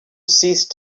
ceased